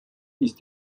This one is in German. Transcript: ist